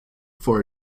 for